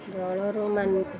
ଦଳରୁ ମାନଙ୍କୁ